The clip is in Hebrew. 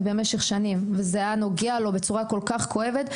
במשך שנים וזה היה נוגע לו בצורה כל-כך כואבת,